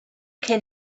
can